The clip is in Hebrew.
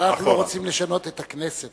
אבל אנחנו לא רוצים לשנות את הכנסת,